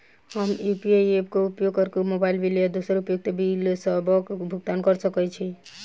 हम UPI app क उपयोग करके मोबाइल बिल आ दोसर उपयोगिता बिलसबक भुगतान कर सकइत छि